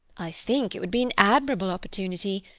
i think it would be an admirable opportunity.